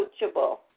coachable